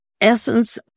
essence